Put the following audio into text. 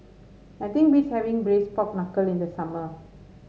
nothing beats having Braised Pork Knuckle in the summer